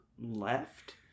left